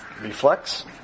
reflex